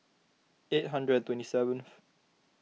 eight hundred and twenty seventh